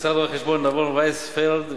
משרד רואי-חשבון נבון ויספלד ושות',